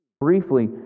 Briefly